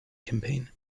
campaign